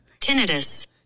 Tinnitus